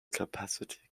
capacity